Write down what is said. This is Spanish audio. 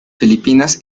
filipinas